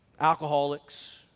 alcoholics